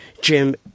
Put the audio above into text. jim